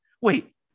Wait